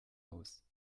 aus